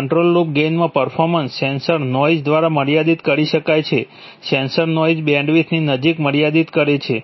control loop ગેઇનમાં performance sensor noise દ્વારા મર્યાદિત કરી શકાય છે સેન્સર નોઇઝ બેન્ડવિડ્થની નજીક મર્યાદિત કરે છે